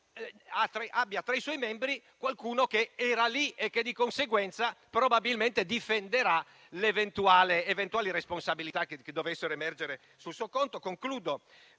abbia, tra i suoi membri, qualcuno che era lì e che, di conseguenza, probabilmente si difenderà rispetto alle eventuali responsabilità che dovessero emergere sul suo conto.